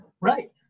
right